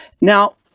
Now